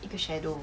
一个 shadow